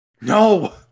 No